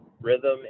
rhythm